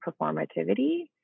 performativity